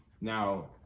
Now